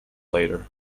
later